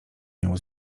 nią